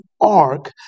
ark